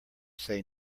say